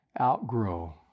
outgrow